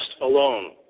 alone